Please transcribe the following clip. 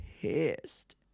pissed